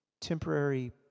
temporary